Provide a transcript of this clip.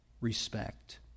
respect